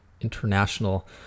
International